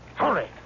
Hurry